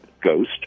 ghost